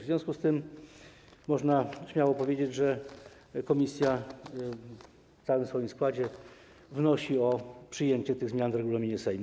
W związku z tym można śmiało powiedzieć, że komisja w pełnym składzie wnosi o przyjęcie tych zmian w regulaminie Sejmu.